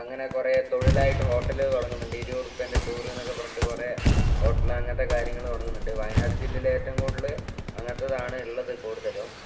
അങ്ങനെ കുറെ തൊഴിലായിട്ട് ഹോട്ടല് തുടങ്ങുന്നുണ്ട് ഇരുപത്ത് ഉറുപ്പ്യേൻ്റെ ചോറെന്നൊക്കെ പറഞ്ഞിട്ട് കുറെ ഹോട്ടൽ അങ്ങനത്തെ കാര്യങ്ങൾ തുടങ്ങുന്നുണ്ട് വയനാട് ജില്ലയിൽ ഏറ്റവും കൂടുതൽ അങ്ങനത്തേതാണ് ഉള്ളത് കൂടുതലും